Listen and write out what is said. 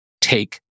take